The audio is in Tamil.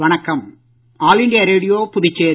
வணக்கம் ஆல் இண்டியா ரேடியோபுதுச்சேரி